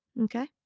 Okay